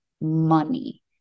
money